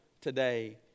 today